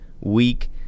week